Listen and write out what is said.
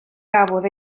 gafodd